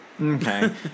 Okay